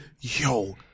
Yo